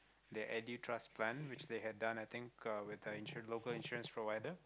the edu transplant which they have done I think uh with a insur~ local insurance provider